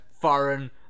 foreign